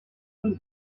come